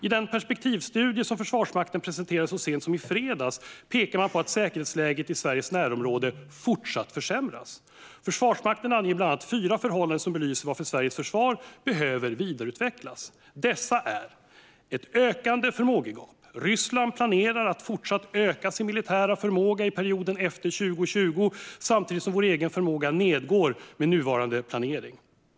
I den perspektivstudie som Försvarsmakten presenterade så sent som i fredags pekar man på att säkerhetsläget i Sveriges närområde fortsätter att försämras. Försvarsmakten anger bland annat fyra förhållanden som belyser varför Sveriges försvar behöver vidareutvecklas. För det första: ett ökande förmågegap. Ryssland planerar att fortsätta att öka sin militära förmåga i perioden efter 2020 samtidigt som vår egen förmåga nedgår med nuvarande planering.